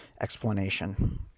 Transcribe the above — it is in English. explanation